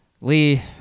Lee